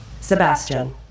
Sebastian